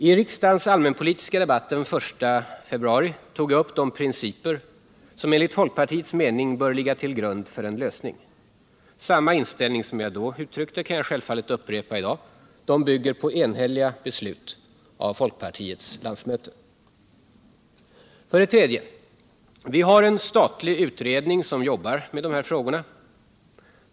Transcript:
I riksdagens allmänpolitiska debatt den 1 februari tog jag upp de principer som enligt folkpartiets mening bör ligga till grund för en lösning. Samma inställning som jag då uttryckte kan jag självfallet upprepa i dag; principerna bygger på enhälliga beslut av folkpartiets landsmöte. 3. Vi haren statlig utredning som jobbar med dessa frågor.